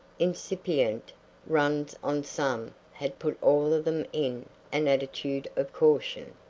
incipient runs on some had put all of them in an attitude of caution,